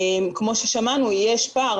כמו ששמענו, יש פער.